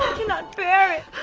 not bear it.